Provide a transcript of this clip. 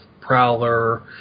Prowler